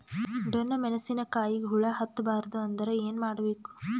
ಡೊಣ್ಣ ಮೆಣಸಿನ ಕಾಯಿಗ ಹುಳ ಹತ್ತ ಬಾರದು ಅಂದರ ಏನ ಮಾಡಬೇಕು?